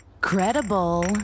Credible